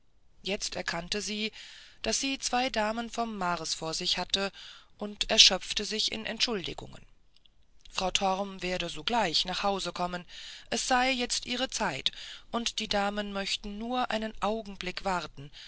jetzt erkannte sie daß sie zwei damen vom mars vor sich habe und erschöpfte sich in entschuldigungen frau torm werde sogleich nach hause kommen es sei jetzt ihre zeit und die damen möchten nur einen augenblick warten